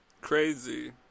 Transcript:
crazy